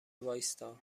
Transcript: وایستا